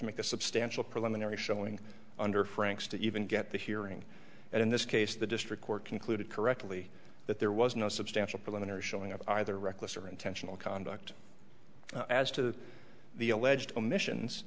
to make a substantial preliminary showing under frank's to even get the hearing and in this case the district court concluded correctly that there was no substantial preliminary showing of either reckless or intentional conduct as to the alleged omissions